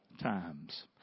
times